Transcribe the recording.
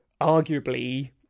arguably